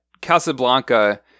Casablanca